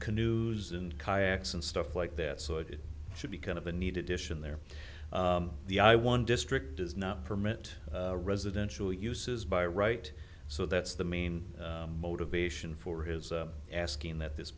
canoes and kayaks and stuff like that so it should be kind of a needed dish in there the i one district does not permit residential uses by right so that's the main motivation for his asking that this